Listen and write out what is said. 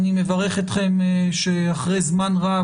אני מברך אתכם שאחרי זמן רב,